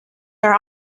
are